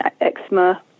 eczema